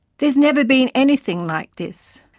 there's never been anything like this.